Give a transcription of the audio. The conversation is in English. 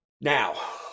Now